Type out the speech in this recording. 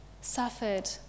suffered